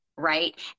Right